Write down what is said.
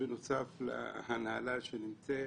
בנוסף להנהלה שנמצאת: